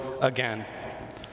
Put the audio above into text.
again